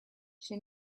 she